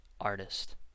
artist